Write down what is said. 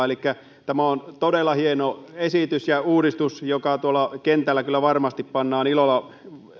elikkä tämä on todella hieno esitys ja uudistus joka tuolla kentällä kyllä varmasti ilolla